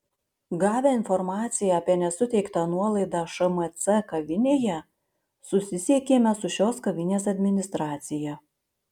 gavę informaciją apie nesuteiktą nuolaidą šmc kavinėje susisiekėme su šios kavinės administracija